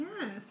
Yes